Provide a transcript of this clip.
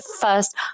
first